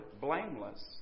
blameless